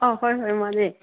ꯑꯧ ꯍꯣꯏ ꯍꯣꯏ ꯃꯥꯟꯅꯦ